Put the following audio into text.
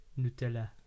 Nutella